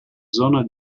zona